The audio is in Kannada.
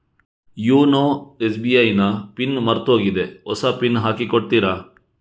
ಯೂನೊ ಎಸ್.ಬಿ.ಐ ನ ಪಿನ್ ಮರ್ತೋಗಿದೆ ಹೊಸ ಪಿನ್ ಹಾಕಿ ಕೊಡ್ತೀರಾ?